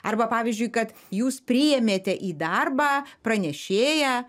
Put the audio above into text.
arba pavyzdžiui kad jūs priėmėte į darbą pranešėją